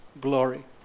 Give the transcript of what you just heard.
glory